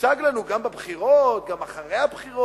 הוצג לנו גם בבחירות, גם אחרי הבחירות,